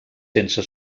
sense